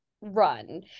run